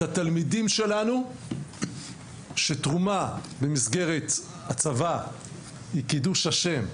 את התלמידים שלנו שתרומה במסגרת הצבא היא קידוש השם.